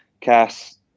cass